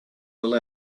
will